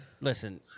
Listen